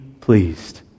pleased